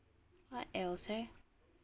what else eh